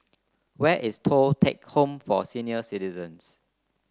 where is Thong Teck Home for Senior Citizens